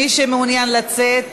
מי שמעוניין לצאת,